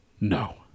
No